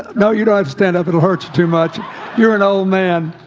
no you don't stand up. it hurts too much you're an old man